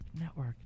Network